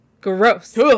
Gross